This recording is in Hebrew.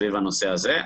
סביב הנושא הזה.